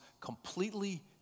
completely